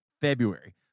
February